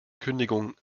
kündigung